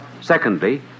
Secondly